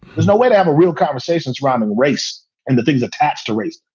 there's no way to have a real conversation surrounding race and the things attached to race,